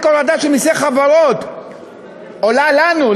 רק הורדה של מסי חברות עולה לנו,